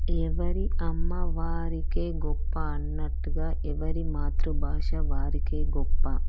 ఎవరి అమ్మ వారికే గొప్ప అన్నట్టుగా ఎవరి మాతృభాష వారికే గొప్ప